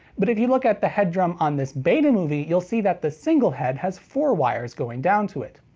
but if you look at the head drum on this betamovie, you'll see that the single head has four wires going down to it.